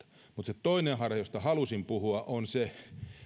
mutta se toinen harha josta halusin puhua on se